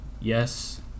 yes